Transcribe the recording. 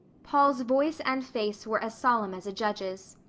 paul's voice and face were as solemn as a judge's.